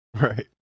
right